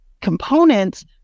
components